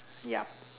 yup